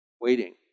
waiting